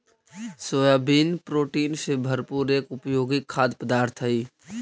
soybean protein से भरपूर एक उपयोगी खाद्य पदार्थ हई